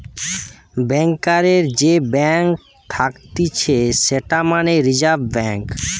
ব্যাংকারের যে ব্যাঙ্ক থাকতিছে সেটা মানে রিজার্ভ ব্যাঙ্ক